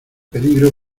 peligro